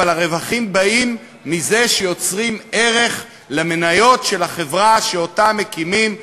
אבל הרווחים באים מזה שיוצרים ערך למניות של החברה שאותה מקימים מאפס,